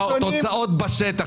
התוצאות בשטח.